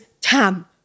Tam